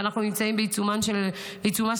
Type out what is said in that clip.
ואנחנו נמצאים בעיצומה של מלחמה,